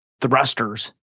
thrusters